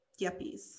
yuppies